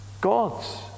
God's